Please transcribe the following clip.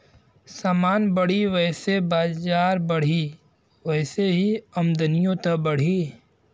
समान बढ़ी वैसे बजार बढ़ी, वही से आमदनिओ त बढ़ी